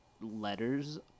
letters